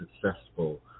successful